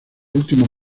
último